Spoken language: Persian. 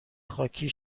خاکی